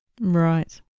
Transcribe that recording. Right